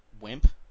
wimp